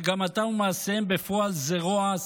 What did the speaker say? מגמתם ומעשיהם בפועל זה רוע,